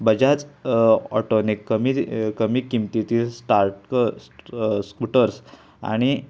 बजाज ऑटोने कमी कमी किंमतीतील स्टार्ट स्कूटर्स आणि